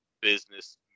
business